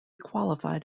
qualified